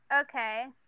okay